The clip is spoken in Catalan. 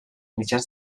mitjans